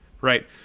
Right